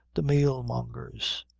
the meal-monger's.